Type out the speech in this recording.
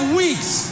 weeks